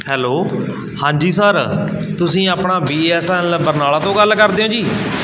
hello ਹਾਂਜੀ sir ਤੁਸੀਂ ਆਪਣਾ ਬੀਐਸਐਲ ਬਰਨਾਲਾ ਤੋਂ ਗੱਲ ਕਰਦੇ ਹੋ ਜੀ